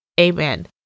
Amen